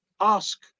ask